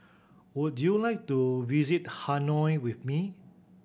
would you like to visit Hanoi with me